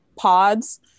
pods